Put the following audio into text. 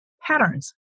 patterns